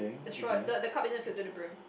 the straw the the cup isn't filled to the brim